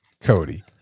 cody